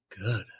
good